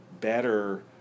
better